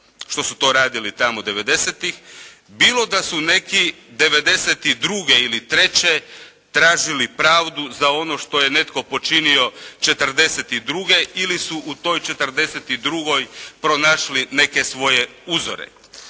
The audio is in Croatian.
što su to radili tamo 90-tih, bilo da su neki 92. ili 93. tražili pravdu za ono što je netko počinio 42. ili su u toj 42. pronašli neke svoje uzore.